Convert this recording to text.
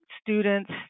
students